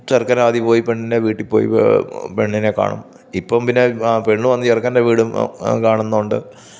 ചെറുക്കൻ ആദ്യം പോയി പെണ്ണിൻ്റെ വീട്ടിൽ പോയി പെണ്ണിനെ കാണും ഇപ്പം പിന്നെ വിവാഹം പെണ്ണ് വന്ന് ചെറുക്കൻ്റെ വീടും കാണുന്നുണ്ട്